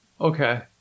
Okay